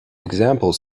examples